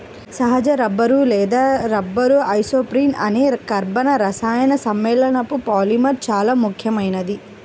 సహజ రబ్బరు లేదా rubber isoprene అనే కర్బన రసాయన సమ్మేళనపు పాలిమర్ చాలా ముఖ్యమైనది